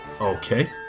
Okay